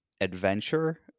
adventure